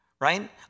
right